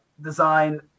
design